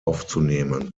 aufzunehmen